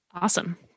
Awesome